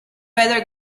better